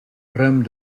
ruim